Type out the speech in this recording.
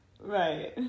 Right